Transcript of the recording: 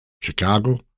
Chicago